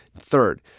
Third